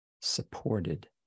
supported